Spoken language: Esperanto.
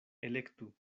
elektu